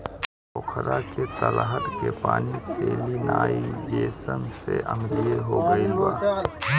पोखरा के तलछट के पानी सैलिनाइज़ेशन से अम्लीय हो गईल बा